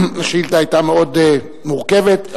השאילתא היתה מאוד מורכבת.